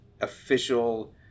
official